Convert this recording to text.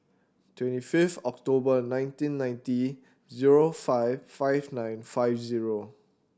twenty fifth October nineteen ninety zero five five nine five zero